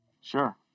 Sure